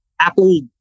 Apple